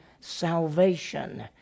salvation